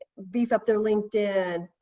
beef up their linkedin,